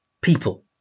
people